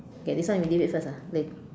okay this one really wait first ah wait